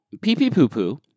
pee-pee-poo-poo